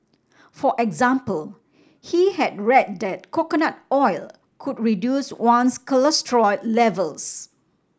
for example he had read that coconut oil could reduce one's cholesterol levels